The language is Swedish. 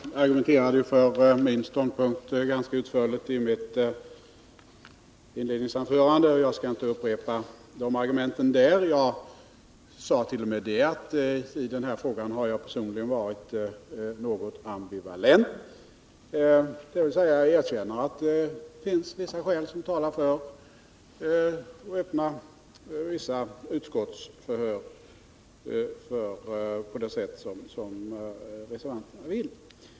Herr talman! I mitt inledningsanförande argumenterade jag ganska utförligt för min ståndpunkt, och jag skall inte upprepa de argumenten. Jag sade t.o.m., att jag i den här frågan har varit något ambivalent, dvs. jag erkänner att det finns vissa skäl som talar för att öppna vissa utskottsförhör på det sätt som reservanterna vill.